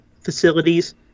facilities